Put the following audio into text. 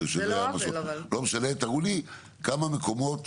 תראו לי כמה מקומות